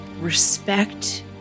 respect